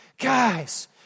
Guys